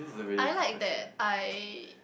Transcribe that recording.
I like that I